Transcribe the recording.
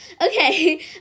Okay